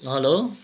hello